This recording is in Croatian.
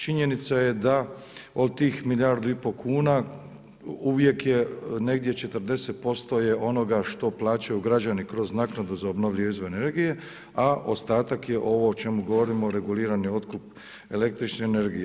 Činjenica je da od tih milijardu i pol kuna, uvijek je negdje 40% je onoga što plaćaju građani kroz naknadu za obnovljivu izvore energije, a ostatak je ovo o čemu govorimo, regulirani otkup električne energije.